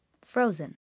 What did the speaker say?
frozen